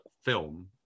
film